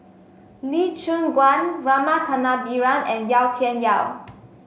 Lee Choon Guan Rama Kannabiran and Yau Tian Yau